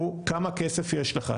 הוא כמה כסף יש לך?